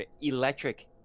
electric